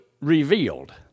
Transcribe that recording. revealed